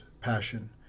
passion